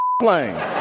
plane